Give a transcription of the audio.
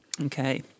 Okay